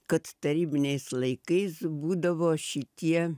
kad tarybiniais laikais būdavo šitie